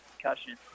concussion